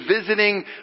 visiting